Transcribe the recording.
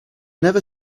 never